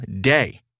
day